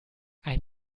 ein